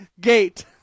gate